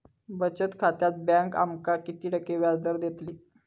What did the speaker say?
बचत खात्यार बँक आमका किती टक्के व्याजदर देतली?